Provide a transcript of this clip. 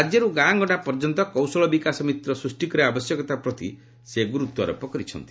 ରାଜ୍ୟରୁ ଗାଁଗଣ୍ଡା ପର୍ଯ୍ୟନ୍ତ କୌଶଳ ବିକାଶ ମିତ୍ର ସୃଷ୍ଟି କରିବା ଆବଶ୍ୟକତା ପ୍ରତି ସେ ଗ୍ରର୍ତ୍ୱାରୋପ କରିଛନ୍ତି